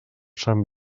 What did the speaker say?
sant